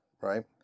right